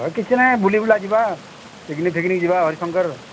ହେ କିଛି ନାହିଁ ବୁଲିବୁଲା ଯିବା ପିକିନିକି ଫିକିନିକି ଯିବା ହରି ଶଙ୍କର